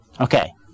Okay